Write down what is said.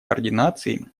координации